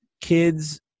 kids